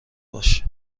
باش